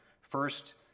First